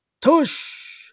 Tush